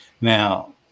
Now